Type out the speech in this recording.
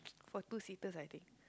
for two seaters I think